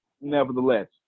nevertheless